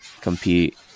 compete